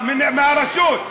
מהרשות.